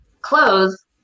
close